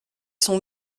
son